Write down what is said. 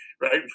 right